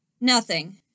Nothing